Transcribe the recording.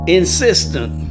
insistent